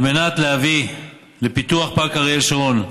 על מנת להביא לפיתוח פארק אריאל שרון,